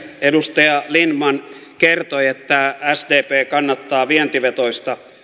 edustaja lindtman kertoi että sdp kannattaa vientivetoista